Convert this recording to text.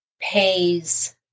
pays